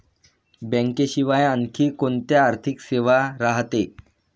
बँकेशिवाय आनखी कोंत्या आर्थिक सेवा रायते?